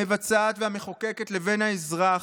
המבצעת והמחוקקת, לבין האזרח,